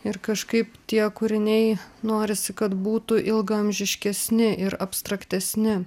ir kažkaip tie kūriniai norisi kad būtų ilgaamžiškesni ir abstraktesni